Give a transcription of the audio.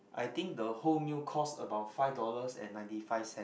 I think the whole meal cost about five dollars and ninety five cent